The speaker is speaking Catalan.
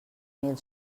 mil